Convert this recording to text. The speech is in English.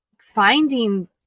finding